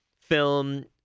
film